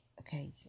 Okay